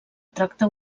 tracte